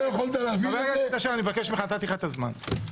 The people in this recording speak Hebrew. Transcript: חבר הכנסת אשר, נתתי לכם את הזמן.